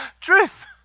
Truth